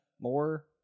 more